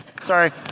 sorry